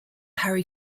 harry